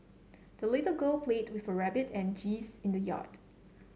the little girl played with her rabbit and geese in the yard